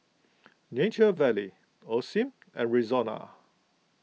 Nature Valley Osim and Rexona